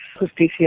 Justicia